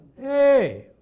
Hey